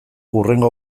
hurrengo